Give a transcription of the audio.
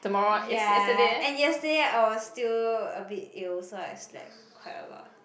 ya and yesterday I was still a bit ill so I slept quite a lot